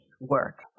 work